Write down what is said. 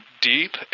deep